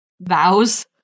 vows